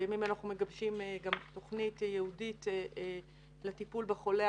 בימים אלה אנחנו מגבשים גם תוכנית ייעודית לטיפול בחולה